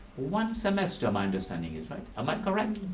one semester my understanding is, right? am i correct?